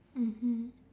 mmhmm